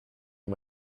and